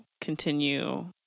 continue